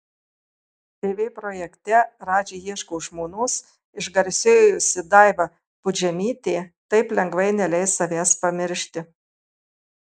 tv projekte radži ieško žmonos išgarsėjusi daiva pudžemytė taip lengvai neleis savęs pamiršti